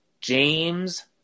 James